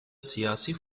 siyasi